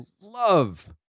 love